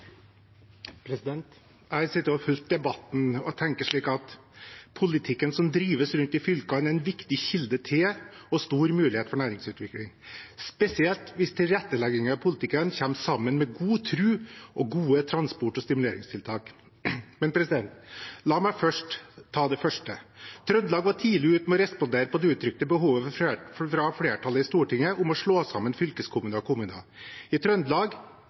for. Jeg har sittet og fulgt debatten og tenker at politikken som drives rundt i fylkene, er en viktig kilde til og stor mulighet for næringsutvikling, spesielt hvis tilretteleggingen i politikken kommer sammen med god tro og gode transport- og stimuleringstiltak. Men la meg først ta det første: Trøndelag var tidlig ute med å respondere på det uttrykte behovet fra flertallet i Stortinget om å slå sammen fylkeskommuner og kommuner. I Trøndelag